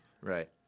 Right